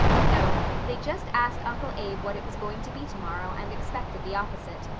no they just asked uncle abe what it was going to be tomorrow and expected the opposite.